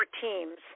teams